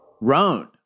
Roan